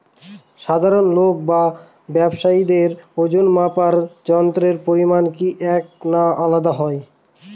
সাধারণ লোক ও ব্যাবসায়ীদের ওজনমাপার যন্ত্রের পরিমাপ কি একই না আলাদা হয়?